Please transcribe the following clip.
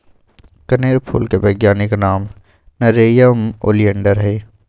कनेर फूल के वैज्ञानिक नाम नेरियम ओलिएंडर हई